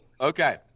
Okay